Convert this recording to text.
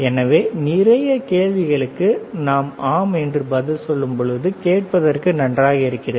எனவே நிறைய கேள்விகளுக்கு நாம் ஆம் என்று பதில் சொல்லும் பொழுது கேட்பதற்கு நன்றாக இருக்கிறது